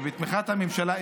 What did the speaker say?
ובתמיכת הממשלה,